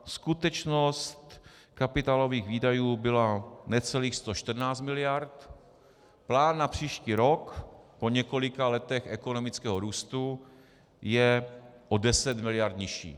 Skutečnost kapitálových výdajů byla necelých 114 miliard, plán na příští rok po několika letech ekonomického růstu je o 10 miliard nižší.